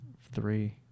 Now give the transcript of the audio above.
three